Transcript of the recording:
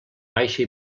baixa